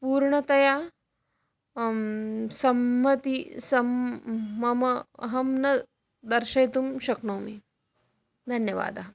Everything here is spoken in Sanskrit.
पूर्णतया सम्मति सं मम अहं न दर्शयितुं शक्नोमि धन्यवादः